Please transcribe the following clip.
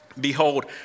Behold